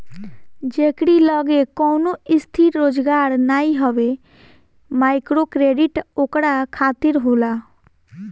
जेकरी लगे कवनो स्थिर रोजगार नाइ हवे माइक्रोक्रेडिट ओकरा खातिर होला